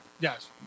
Yes